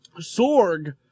Sorg